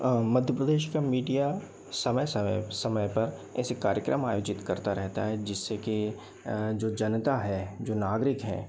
मध्य प्रदेश का मीडिया समय समय पर ऐसे कार्यक्रम आयोजित करता रहता है जिससे की जो जनता है जो नागरिक हैं